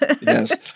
yes